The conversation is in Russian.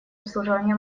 обслуживание